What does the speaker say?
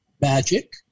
magic